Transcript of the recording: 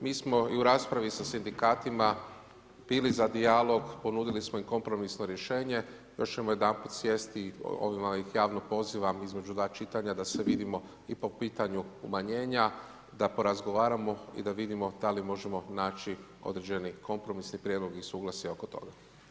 Mi smo i u raspravi sa sindikatima bili za dijalog, ponudili smo im kompromisno rješenje, još ćemo jedanput sjesti i ovdje ih javno pozivam između dva čitanja da se vidimo i po pitanju umanjenja, da porazgovaramo i da vidimo da li možemo naći određeni kompromis i prijedlog i suglasje oko toga.